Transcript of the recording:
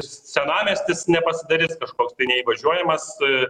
senamiestis nepasidarys kažkoks tai neįvažiuojamas